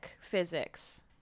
physics